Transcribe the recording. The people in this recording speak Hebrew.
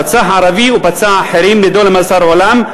רצח ערבי ופצע אחרים ונידון למאסר עולם.